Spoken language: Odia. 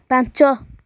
ପାଞ୍ଚ